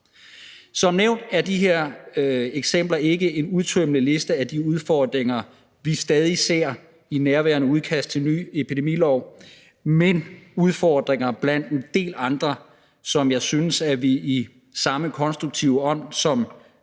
Som nævnt er de her eksempler ikke en udtømmende liste over de udfordringer, vi stadig ser i nærværende udkast til en ny epidemilov; det er udfordringer blandt en del andre, som jeg synes at vi i samme konstruktive ånd, som